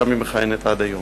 שם היא מכהנת עד היום.